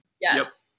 Yes